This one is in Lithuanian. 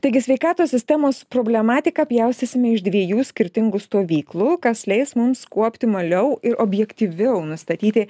taigi sveikatos sistemos problematiką pjaustysime iš dviejų skirtingų stovyklų kas leis mums kuo optimaliau ir objektyviau nustatyti